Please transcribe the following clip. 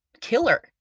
killer